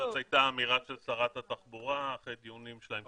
זו הייתה אמירה של שרת התחבורה אחרי דיונים שלהם עם